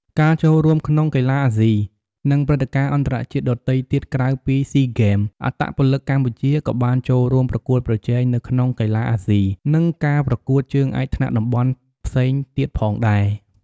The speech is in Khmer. ការចូលរួមក្នុងកីឡាអាស៊ី និងព្រឹត្តិការណ៍អន្តរជាតិដទៃទៀតក្រៅពីស៊ីហ្គេម អត្តពលិកកម្ពុជាក៏បានចូលរួមប្រកួតប្រជែងនៅក្នុងកីឡាអាស៊ី និងការប្រកួតជើងឯកថ្នាក់តំបន់ផ្សេងទៀតផងដែរ ។